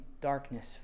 darkness